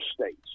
states